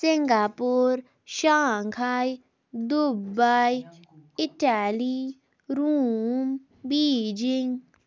Singapore Shanghai Dubai Italy Rome Beijing